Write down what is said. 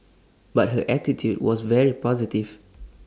but her attitude was very positive